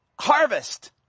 harvest